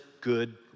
good